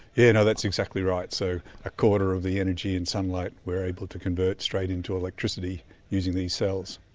you know that's exactly right, so a quarter of the energy in sunlight we're able to convert straight into electricity using these cells.